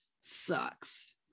sucks